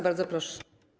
Bardzo proszę.